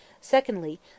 secondly